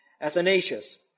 Athanasius